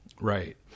Right